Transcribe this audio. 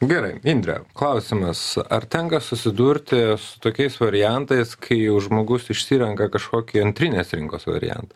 gerai indre klausimas ar tenka susidurti su tokiais variantais kai žmogus išsirenka kažkokį antrinės rinkos variantą